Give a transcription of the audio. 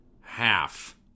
half